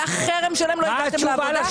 היה חרם שלם, לא הגעתם לוועדה.